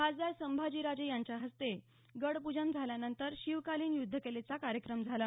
खासदार संभाजीराजे यांच्या हस्ते गडपूजन झाल्यानंतर शिवकालीन युद्धकलेचा कार्यक्रम झाला